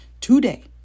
today